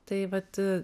tai vat